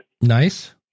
Nice